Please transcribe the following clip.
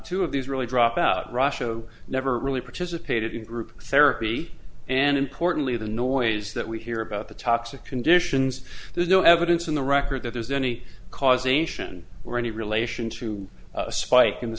two of these really dropped out russia never really participated in group therapy and importantly the noise that we hear about the toxic conditions there's no evidence in the record that there's any causation or any relation to a spike